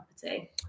property